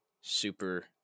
super